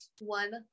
one